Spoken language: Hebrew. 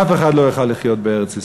אף אחד לא יוכל לחיות בארץ-ישראל.